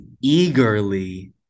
eagerly